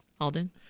Alden